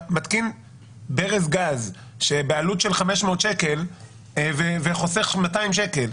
מתקין ברז גז בעלות של 500 שקלים וחוסך 200 שקלים.